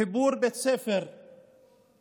חיבור בית ספר לחשמל,